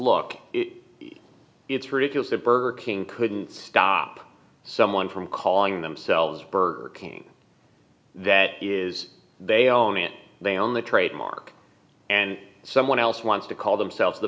it it's ridiculous that burger king couldn't stop someone from calling themselves burger king that is they own it they own the trademark and someone else wants to call themselves the